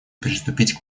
приступить